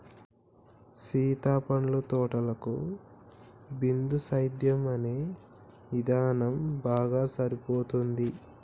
సీత పండ్ల తోటలకు బిందుసేద్యం అనే ఇధానం బాగా సరిపోతుంది